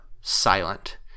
silent